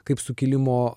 kaip sukilimo